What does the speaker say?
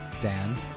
Dan